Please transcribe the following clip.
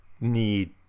need